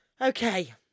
Okay